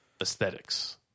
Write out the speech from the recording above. aesthetics